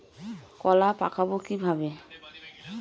কলা পাকাবো কিভাবে?